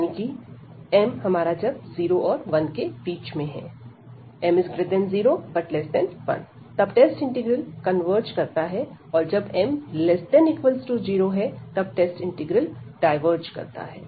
यानी कि 0m1 तब टेस्ट इंटीग्रल कन्वर्ज करता है और जब m≤0 तब टेस्ट इंटीग्रल डायवर्ज करता है